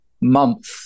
month